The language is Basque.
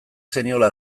zeniola